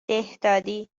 دهداری